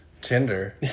tinder